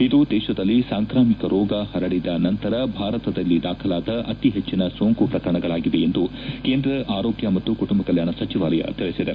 ಇದು ದೇಶದಲ್ಲಿ ಸಾಂಕ್ರಾಮಿಕ ರೋಗ ಹರಡಿದ ನಂತರ ಭಾರತದಲ್ಲಿ ದಾಖಲಾದ ಅತಿ ಹೆಚ್ಚಿನ ಸೋಂಕು ಪ್ರಕರಣಗಳಾಗಿವೆ ಎಂದು ಕೇಂದ್ರ ಆರೋಗ್ಯ ಮತ್ತು ಕುಟುಂಬ ಕಲ್ಕಾಣ ಸಚಿವಾಲಯ ತಿಳಿಸಿದೆ